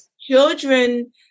children